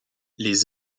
les